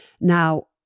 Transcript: Now